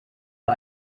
war